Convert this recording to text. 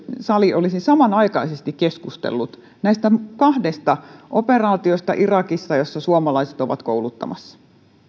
sali olisi samanaikaisesti keskustellut näistä kahdesta operaatiosta irakissa joissa suomalaiset ovat kouluttamassa